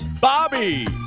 Bobby